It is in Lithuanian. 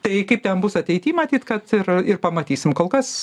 tai kaip ten bus ateity matyt kad ir ir pamatysim kol kas